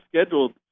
scheduled